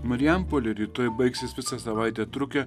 marijampolė rytoj baigsis visą savaitę trukę